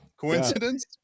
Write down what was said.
Coincidence